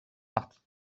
partie